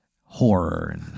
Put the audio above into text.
horror